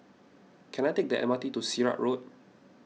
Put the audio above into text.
can I take the M R T to Sirat Road